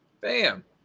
Bam